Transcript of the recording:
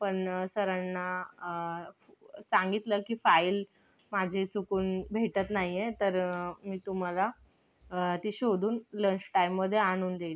पण सरांना सांगितलं की फाईल माझी चुकून भेटत नाहीये तर मी तुम्हाला ती शोधून लंच टाईममध्ये आणून देईन